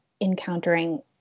encountering